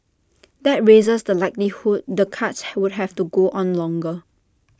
that raises the likelihood the cuts would have to go on longer